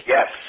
Yes